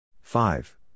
Five